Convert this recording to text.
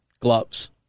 Gloves